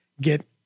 get